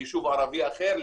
ליישוב ערבי אחר,